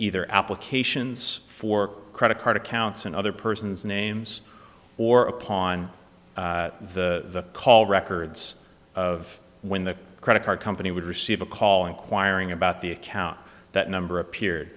either applications for credit card accounts and other person's names or upon the call records of when the credit card company would receive a call inquiring about the account that number